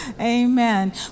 Amen